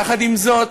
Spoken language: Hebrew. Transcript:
יחד עם זאת,